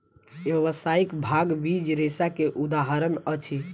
व्यावसायिक भांग बीज रेशा के उदाहरण अछि